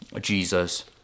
Jesus